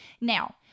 Now